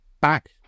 back